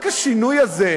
רק השינוי הזה,